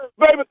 Baby